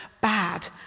bad